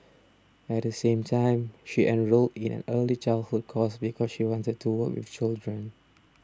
at the same time she enrolled in an early childhood course because she wanted to work with children